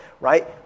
right